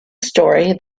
story